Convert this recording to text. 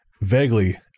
vaguely